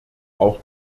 auch